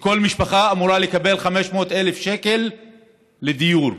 שכל משפחה אמורה לקבל 500,000 שקל לדיור,